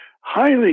highly